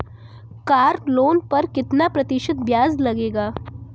Car loan पर कितना प्रतिशत ब्याज लगेगा?